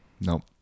Nope